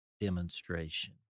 demonstration